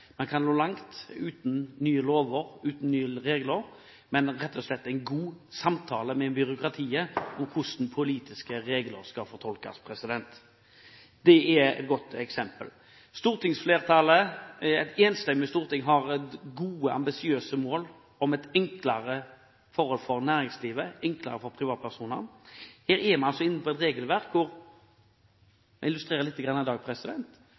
man kan nå langt uten nye lover, uten nye regler, rett og slett med en god samtale med byråkratiet om hvordan politiske regler skal fortolkes. Det er et godt eksempel. Et enstemmig storting har gode ambisiøse mål om enklere forhold for næringslivet og enklere forhold for privatpersoner. Her er man inne på et regelverk hvor – jeg illustrerer litt i dag